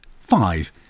five